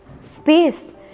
space